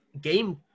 game